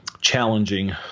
challenging